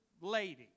lady